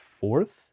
fourth